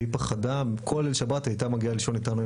והיא פחדה בכל ליל שבת הייתה מגיעה לישון איתנו,